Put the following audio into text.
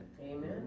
Amen